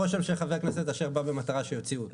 עושה רושם שחבר הכנסת אשר בא במטרה שיוציאו אותו.